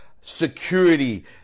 security